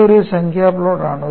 ഇതൊരു സംഖ്യാ പ്ലോട്ടാണ്